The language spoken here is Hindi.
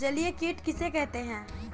जलीय कीट किसे कहते हैं?